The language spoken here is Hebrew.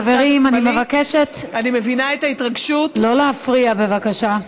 חברים, אני מבקשת, לא להפריע, בבקשה.